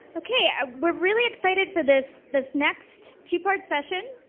okay. we're really excited for this this next two part session.